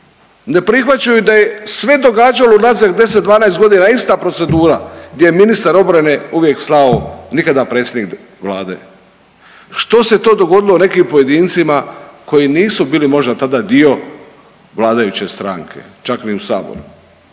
ne prihvaćaju da je sve događalo unazad 10-12.g. ista procedura gdje je ministar obrane uvijek slao, nikada predsjednik Vlade, što se to dogodilo nekim pojedincima koji nisu bili možda tada dio vladajuće stranke, čak ni u sabor,